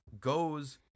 goes